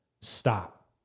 stop